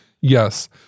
Yes